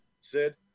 sid